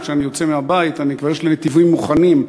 כשאני יוצא מהבית יש לי כבר נתיבים מוכנים.